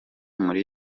muri